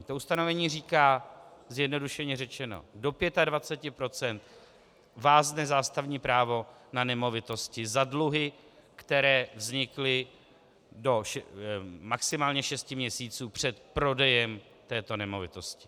To ustanovení říká, zjednodušeně řečeno, do 25 % vázne zástavní právo na nemovitosti za dluhy, které vznikly maximálně do šesti měsíců před prodejem této nemovitosti.